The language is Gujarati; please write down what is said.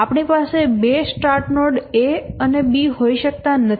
આપણી પાસે બે સ્ટાર્ટ નોડ A અને B હોઈ શકતા નથી